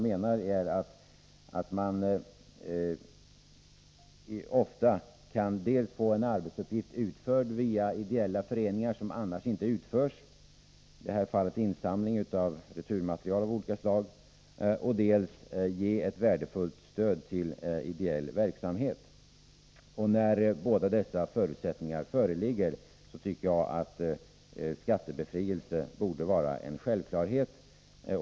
Dels kan man ofta få en arbetsuppgift utförd via ideella föreningar som annars inte skulle utföras, i det här fallet insamlingar av returmaterial av olika slag, dels kan man ge ett värdefullt stöd till ideell verksamhet. När båda dessa förutsättningar föreligger, tycker jag att skattebefrielse borde vara en självklarhet.